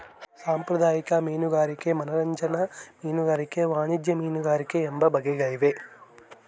ಸಾಂಪ್ರದಾಯಿಕ ಮೀನುಗಾರಿಕೆ ಮನರಂಜನಾ ಮೀನುಗಾರಿಕೆ ವಾಣಿಜ್ಯ ಮೀನುಗಾರಿಕೆ ಎಂಬ ಬಗೆಗಳಿವೆ